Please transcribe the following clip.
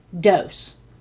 Dose